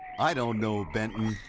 i don't know, benton.